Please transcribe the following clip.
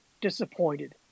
disappointed